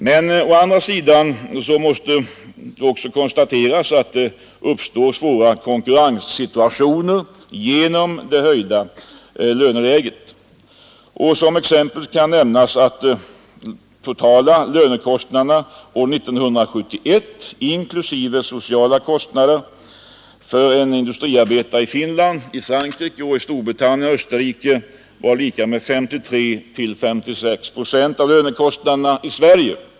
Å andra sidan måste man konstatera att det uppstår svåra konkurrenssituationer genom det höga löneläget. Som exempel kan nämnas att de totala lönekostnaderna år 1971 inklusive sociala avgifter för en industriarbetare i Finland, Frankrike, Storbritannien och Österrike var 53 till 56 procent av lönekostnaderna i Sverige.